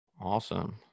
Awesome